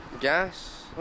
Gas